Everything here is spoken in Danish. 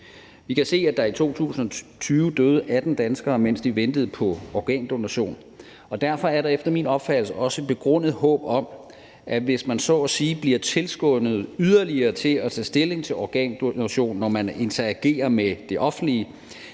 Vi kan se, at der i 2020 døde 18 danskere, mens de ventede på organdonation, og derfor er der efter min opfattelse også et begrundet håb om, at hvis man så at sige bliver tilskyndet yderligere til at tage stilling til organdonation, når man interagerer med det offentlige,